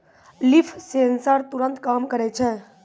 leaf sensor तुरत काम करै छै